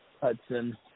Hudson